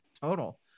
total